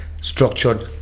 structured